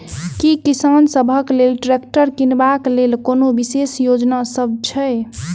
की किसान सबहक लेल ट्रैक्टर किनबाक लेल कोनो विशेष योजना सब छै?